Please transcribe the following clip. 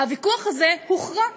הוויכוח הזה הוכרע.